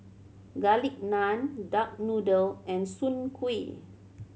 Garlic Naan duck noodle and Soon Kuih